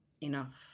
enough